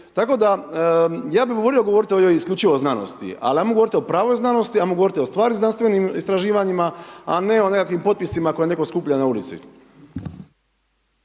Tako da, ja bih volio govoriti ovdje isključivo o znanosti ali ajmo govoriti o pravoj znanosti, ajmo govoriti o stvarnim znanstvenim istraživanjima a ne o nekakvim potpisima koje netko skuplja na ulici.